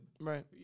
Right